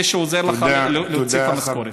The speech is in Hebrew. זה שעוזר לך להוציא את המשכורת.